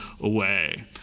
away